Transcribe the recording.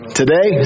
today